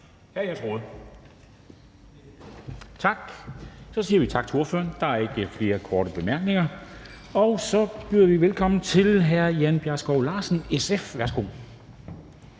Dam Kristensen): Så siger vi tak til ordførerne. Der er ikke flere korte bemærkninger. Og så byder vi velkommen til hr. Jan Bjergskov Larsen, SF. Værsgo.